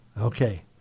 okay